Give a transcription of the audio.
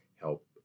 help